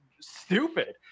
stupid